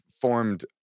formed